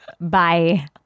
bye